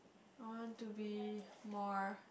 I want to be more